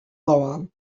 davant